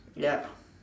ya